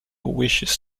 wishes